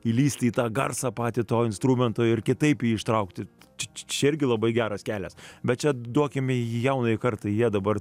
įlįsti į tą garsą patį to instrumento ir kitaip jį ištraukti čia irgi labai geras kelias bet čia duokime jaunąją kartą jie dabar